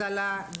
זה על הדיגיטל.